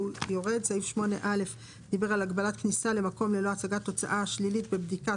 סעיף 8א דיבר על הגבלת כניסה למקום ללא הצגת תוצאה שלילית בבדיקה,